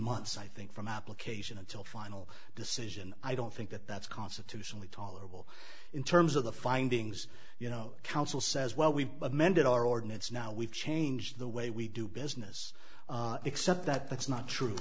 months i think from application until final decision i don't think that that's constitutionally tolerable in terms of the findings you know council says well we amended our ordinance now we've changed the way we do business except that that's not true